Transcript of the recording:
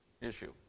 issue